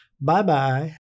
Bye-bye